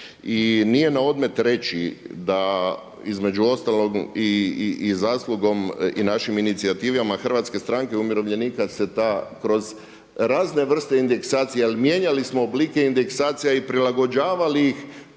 i nije na odmet reći da između ostalog i zaslugom i našim inicijativama HSU-a se ta kroz razne vrste indeksacije ali mijenjali smo oblike indekasacija i prilagođavali ih